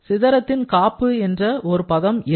சிதறத்தின் காப்பு என்ற ஒரு பதம் இல்லை